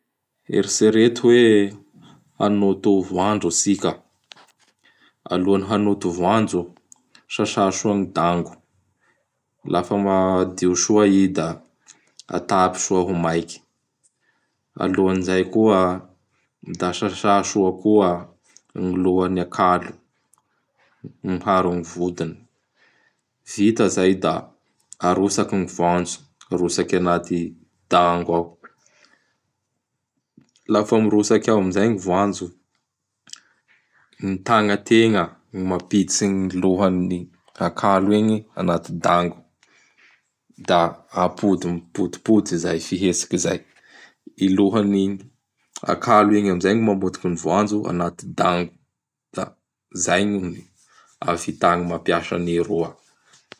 Eritsereto hoe hanoto voanjo atsika. Alohan'ny hanoto voanjo, sasa soa ny dango, lafa ma adio soa i da atapy soa ho maiky. Alohan'izay koa, da sasa soa kao gny lohan'ny akalo miharo gny vodiny. Vita izay da arotsaky gny voanjo, arotsaky anaty dango ao. Lafa mirotsaky ao amin'izay gny voanjo; gny tagnategna gny mampiditsy gny lohan'gny akalo igny anaty dango; da apody mipodipody izay fihetsiky zay. I lohan'akalo igny amin'izay gny mamotiky gy voanjo anaty dango. Da zay gn ny ahavita mampiasa an'i roa.